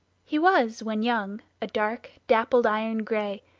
he was, when young, a dark, dappled iron-gray,